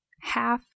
half